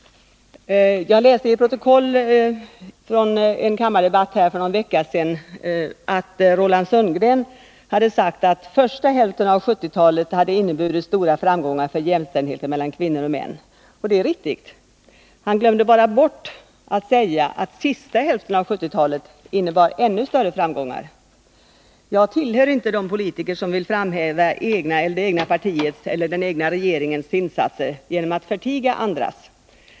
Jag läste i ett protokoll från en kammardebatt för en vecka sedan att Roland Sundgren hade sagt att första hälften av 1970-talet hade inneburit stora framgångar för jämställdheten mellan kvinnor och män. Och det är riktigt; han glömde bara bort att säga att sista hälften av 1970-talet har inneburit ännu större framgångar. Jag tillhör inte de politiker som vill framhäva egna eller det egna partiets eller den ”egna” regeringens insatser genom att förtiga andras.